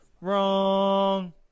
Wrong